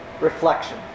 reflection